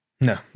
No